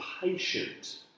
patient